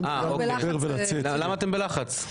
למה אתם בלחץ?